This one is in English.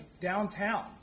downtown